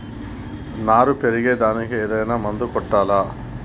నారు పెరిగే దానికి ఏదైనా మందు కొట్టాలా?